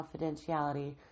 confidentiality